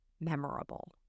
memorable